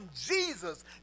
Jesus